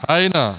Aina